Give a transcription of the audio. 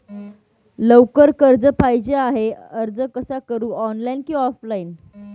लवकर कर्ज पाहिजे आहे अर्ज कसा करु ऑनलाइन कि ऑफलाइन?